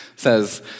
says